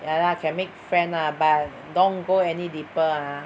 ya lah can make friend lah but don't go any deeper ah